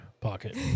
Pocket